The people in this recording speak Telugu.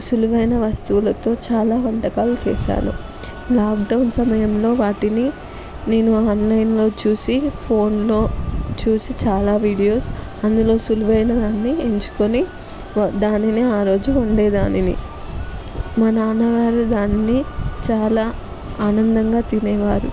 సులువైన వస్తువులతో చాలా వంటకాలు చేసాను లాక్డౌన్ సమయంలో వాటిని నేను ఆన్లైన్లో చూసి ఫోన్లో చూసి చాలా వీడియోస్ అందులో సులువైన దాన్ని ఎంచుకుని దానిని ఆ రోజు వండేదానిని మా నాన్న గారు దాన్ని చాలా ఆనందంగా తినేవారు